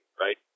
right